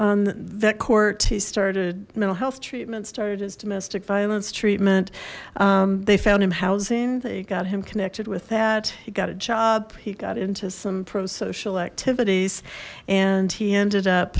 on that court he started mental health treatment started as domestic violence treatment they found him housing they got him connected with that he got a job he got into some pro social activities and he ended up